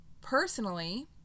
Personally